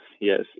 Yes